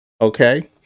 okay